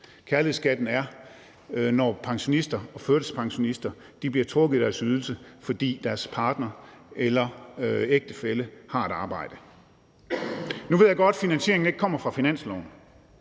Kærlighedsskatten er, når pensionister og førtidspensionister bliver trukket i deres ydelse, fordi deres partner eller ægtefælle har et arbejde. Nu ved jeg godt, at finansieringen ikke kommer fra finansloven;